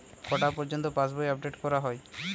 কটা পযর্ন্ত পাশবই আপ ডেট করা হয়?